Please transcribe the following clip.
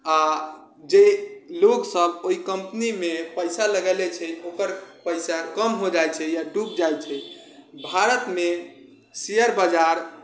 आओर जे लोकसब ओहि कम्पमीमे पइसा लगेलै छै ओकर पैसा कम हो जाइ छै या डूबि जाइ छै भारतमे शेयर बाजार